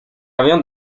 avión